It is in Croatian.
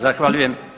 Zahvaljujem.